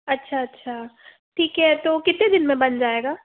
अच्छा अच्छा ठीक है तो कितने दिन में बन जाएगा